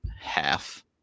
half